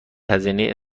هزینه